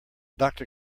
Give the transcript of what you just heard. doctor